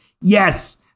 yes